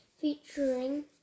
featuring